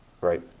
Right